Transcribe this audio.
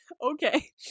Okay